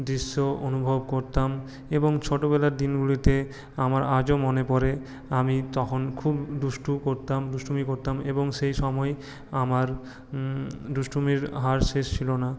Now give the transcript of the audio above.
দৃশ্য অনুভব করতাম এবং ছোটোবেলার দিনগুলোতে আমার আজও মনে পড়ে আমি তখন খুব দুষ্টু করতাম দুষ্টুমি করতাম এবং সেই সময় আমার দুষ্টুমির আর শেষ ছিল না